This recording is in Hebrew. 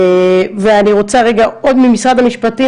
ואני רוצה עוד ממשרד המשפטים,